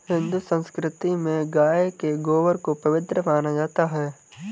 हिंदू संस्कृति में गाय के गोबर को पवित्र माना जाता है